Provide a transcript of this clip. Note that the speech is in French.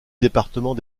département